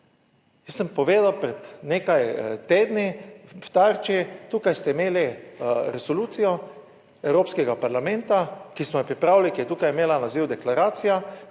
Jaz sem povedal pred nekaj tedni, v Tarči, tukaj ste imeli resolucijo Evropskega parlamenta, ki smo jo pripravili, ki je tukaj imela naziv deklaracija,